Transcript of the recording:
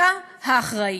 אתה האחראי.